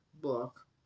book